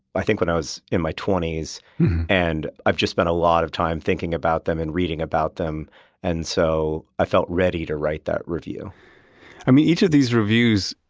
i think when i was in my twenty s and i've just spent a lot of time thinking about them and reading about them and so i felt ready to write that review i mean, each of these reviews,